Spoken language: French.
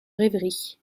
rêverie